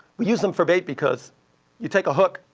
we use them for bait because you take a hook,